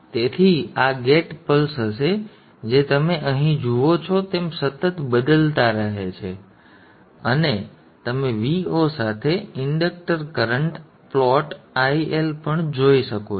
તેથી આ gate pulse હશે જે તમે અહીં જુઓ છો તેમ સતત બદલાતા રહે છે અને તમે Vo સાથે ઇંડક્ટર કરન્ટ પ્લોટ IL પણ જોઈ શકો છો